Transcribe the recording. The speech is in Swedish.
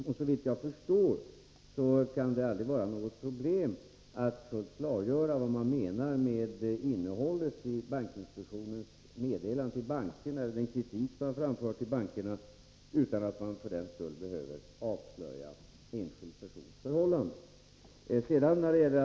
Och såvitt jag förstår kan det aldrig vara något problem att — utan att behöva avslöja enskilda personers förhållanden — fullt klargöra vad bankinspektionen menar med den kritik som inspektionen framför till banker.